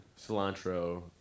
cilantro